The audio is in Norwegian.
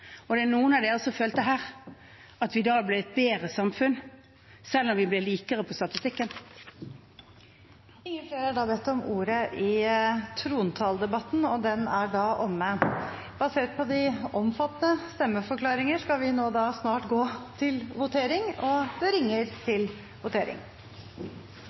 Og er det noen av dere her som følte at vi da ble et bedre samfunn, selv om vi ble likere på statistikken? Flere har ikke bedt om ordet til sak nr. 1. Basert på de omfattende stemmeforklaringene skal vi snart gå til votering. Stortinget er da klar til å gå til votering. Under debatten er det